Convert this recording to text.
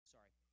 Sorry